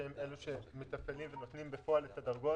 שהם אלה שמתפעלים ונותנים בפועל את הדרגות.